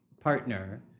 partner